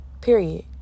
Period